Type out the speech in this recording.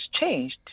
changed